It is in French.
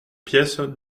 pièce